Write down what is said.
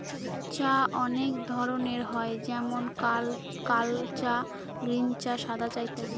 চা অনেক ধরনের হয় যেমন কাল চা, গ্রীন চা, সাদা চা ইত্যাদি